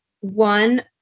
one